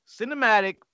cinematic